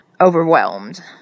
overwhelmed